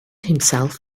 himself